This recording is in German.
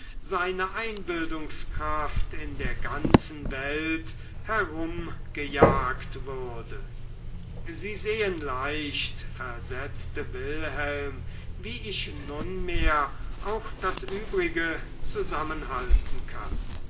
seine einbildungskraft in der ganzen welt herumgejagt würde sie sehen leicht versetzte wilhelm wie ich nunmehr auch das übrige zusammenhalten kann